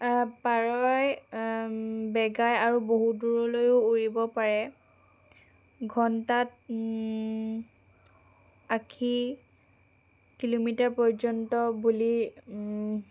পাৰই বেগাই আৰু বহু দূৰলৈও উৰিব পাৰে ঘণ্টাত আশী কিলোমিটাৰ পৰ্যন্ত বুলি